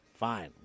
Fine